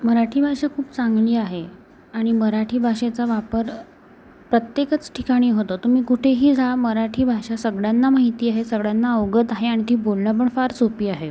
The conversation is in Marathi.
मराठी भाषा खूप चांगली आहे आणि मराठी भाषेचा वापर प्रत्येकच ठिकाणी होतो तुम्ही कुठेही जा मराठी भाषा सगळ्यांना माहिती आहे सगळ्यांना अवगत आहे आणि ती बोलणं पण फार सोपी आहे